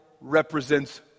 represents